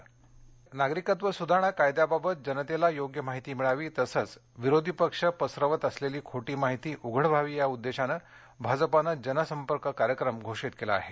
कायदा नागरिकत्व सुधारणा कायद्याबाबत जनतेला योग्य महिती मिळावी तसंच विरोधी पक्ष पसरवत असलेली खोटी माहिती उघड व्हावी या उद्देशानं भाजपानं जनसंपर्क कार्यक्रम घोषित केला आहे